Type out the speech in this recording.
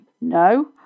No